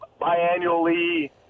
biannually